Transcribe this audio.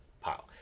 pile